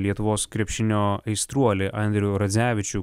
lietuvos krepšinio aistruolį andrių radzevičių